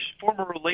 former